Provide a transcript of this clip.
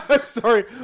Sorry